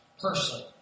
person